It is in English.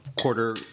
quarter